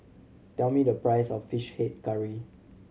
tell me the price of Fish Head Curry